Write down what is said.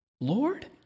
Lord